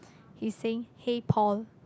he's saying hey Paul